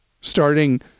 starting